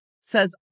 Says